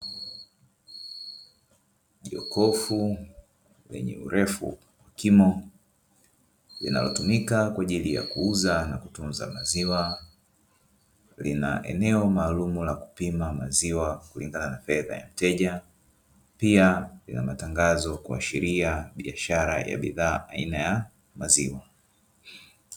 Jokofu lenye urefu wa kimo linalotumika kwa ajili ya kuuza na kutunza maziwa. Lina eneo maalumu la kupima maziwa kulingana na fedha ya mteja. Pia lina matangazo kuashiria biashara ya bidhaa aina ya maziwa.